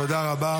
תודה רבה.